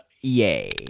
yay